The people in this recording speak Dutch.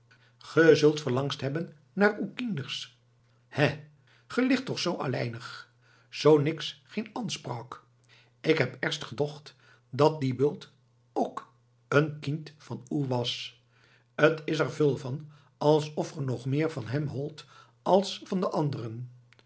zult verlangst hebben noar oe kienders hè ge ligt toch zoo alleinig zoo niks geen oansproak k heb êrst gedocht dat dien bult k een kiend van oe was t het er veul van alsof ge nog meer van hum holdt als van de anderen